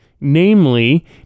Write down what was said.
Namely